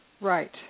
Right